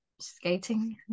skating